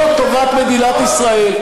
לא טובת מדינת ישראל.